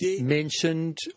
mentioned